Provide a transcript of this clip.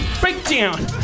Breakdown